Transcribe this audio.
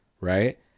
right